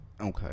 Okay